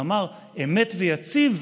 ואמר "אמת ויציב,